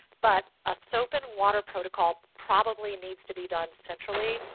but a soap and water protocol probably needs to be done centrally.